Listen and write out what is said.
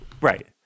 Right